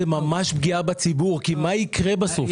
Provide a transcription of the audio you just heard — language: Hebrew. זאת ממש פגיעה בציבור כי מה יקרה בסוף?